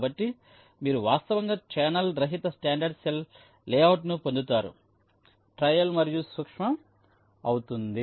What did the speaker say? కాబట్టి మీరు వాస్తవంగా ఛానెల్ రహిత స్టాండర్డ్ సెల్ లేఅవుట్ను పొందుతారు ట్రయల్ మరింత సూక్ష్మం అవుతుంది